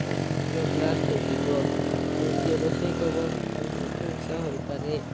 ପୁରା ବ୍ଲାଷ୍ଟ ହେଇଯିବ ଆଉ ଯିଏ ରୋଷେଇ କରିବ ତା'ର ମୃତ୍ୟୁ ହୋଇପାରେ